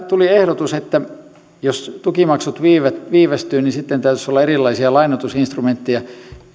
tuli ehdotus että jos tukimaksut viivästyvät viivästyvät niin sitten täytyisi olla erilaisia lainoitusinstrumentteja